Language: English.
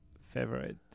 favorite